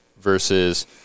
versus –